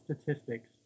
statistics